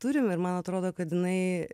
turim ir man atrodo kad jinai